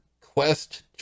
quest